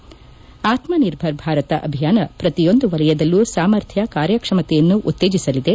ಅತ್ಪನಿರ್ಭರ್ ಭಾರತ ಅಭಿಯಾನ ಪ್ರತಿಯೊಂದು ವಲಯದಲ್ಲೂ ಸಾಮರ್ಥ್ಯ ಕಾರ್ಯಕ್ಷಮತೆಯನ್ನು ಉತ್ತೇಜಿಸಲಿದೆ